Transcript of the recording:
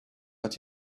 but